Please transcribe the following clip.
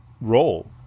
role